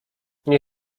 nie